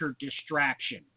distraction